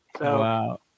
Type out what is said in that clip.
Wow